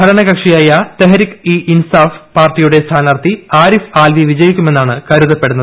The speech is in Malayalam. ഭരണകക്ഷിയായ തെഹരിക് ഇ ഇൻസാഫ് പാർട്ടിയുടെ സ്ഥാനാർത്ഥി ആരിഫ് ആൽവി വിജയിക്കുമെന്നാണ് കരുതപ്പെടുന്നത്